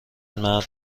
مرد